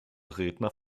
redner